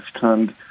turned